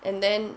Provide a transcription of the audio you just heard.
and then